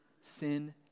sin